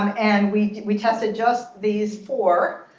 and we we tested just these four.